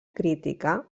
crítica